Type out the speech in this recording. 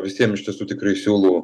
visiem iš tiesų tikrai siūlau